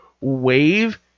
wave